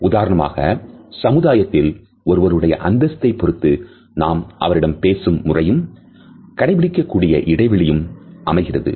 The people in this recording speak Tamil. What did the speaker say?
உதாரணமாக சமுதாயத்தில் ஒருவருடைய அந்தஸ்தை பொறுத்து நாம் அவரிடம் பேசும் முறையும் கடைபிடிக்கக் கூடிய இடைவெளியும் அமைகிறது